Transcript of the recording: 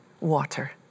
water